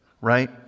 right